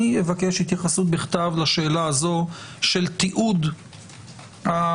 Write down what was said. אני אבקש התייחסות בכתב לשאלה הזו של תיעוד העיכובים,